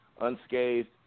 unscathed